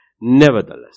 Nevertheless